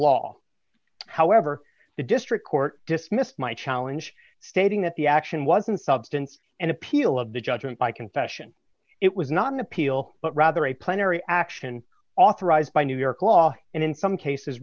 law however the district court dismissed my challenge stating that the action was in substance and appeal of the judgment by confession it was not an appeal but rather a plenary action authorized by new york law and in some cases